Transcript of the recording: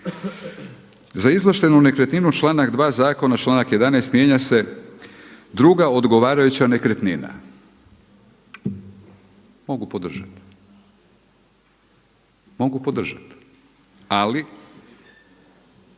Za izvlaštenu nekretninu članak 2. zakona, članak 11. mijenja se: druga odgovarajuća nekretnina“, mogu podržati. Mogu podržati ali